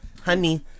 honey